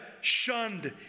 shunned